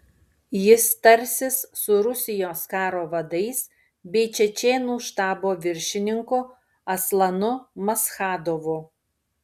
jis tarsis su rusijos karo vadais bei čečėnų štabo viršininku aslanu maschadovu